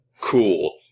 cool